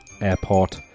airport